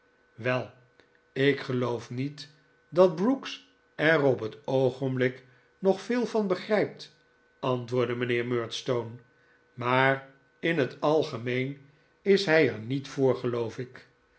wel ik geloof niet dat brooks er op het oogenblik nog veel van begrijpt antwoordde mijnheer murdstone maar in het algemeen is hij er niet voor geloof ik